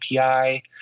api